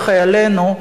חיילינו,